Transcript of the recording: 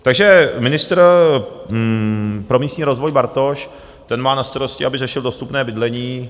Takže ministr pro místní rozvoj Bartoš, ten má na starosti, aby řešil dostupné bydlení.